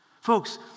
Folks